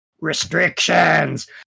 restrictions